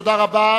תודה רבה.